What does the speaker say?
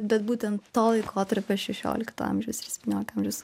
bet būten to laikotarpio šešiolikto amžiaus ir septyniolikto amžiaus